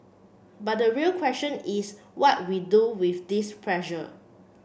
but the real question is what we do with this pressure